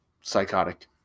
psychotic